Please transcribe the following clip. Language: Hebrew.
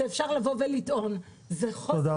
-- זה דבר